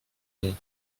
hamon